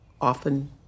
often